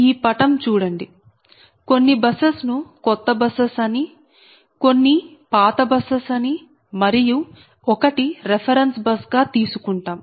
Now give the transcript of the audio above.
ఈ పటం చూడండి కొన్ని బసెస్ ను కొత్త బసెస్ అని కొన్ని పాత బసెస్ అని మరియు ఒకటి రెఫెరెన్స్ బస్ గా తీసుకుంటాము